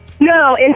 No